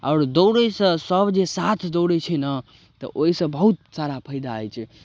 आओर दौड़यसँ सभ जे साथ दौड़ै छै ने तऽ ओहिसँ बहुत सारा फायदा होइ छै